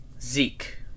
Zeke